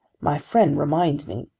my friend reminds me,